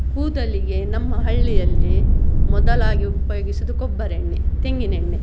ಕೂದಲಿಗೆ ನಮ್ಮ ಹಳ್ಳಿಯಲ್ಲಿ ಮೊದಲಾಗಿ ಉಪಯೋಗಿಸುವುದು ಕೊಬ್ಬರಿ ಎಣ್ಣೆ ತೆಂಗಿನೆಣ್ಣೆ